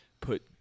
put